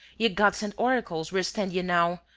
ye god-sent oracles, where stand ye now!